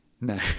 No